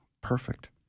Perfect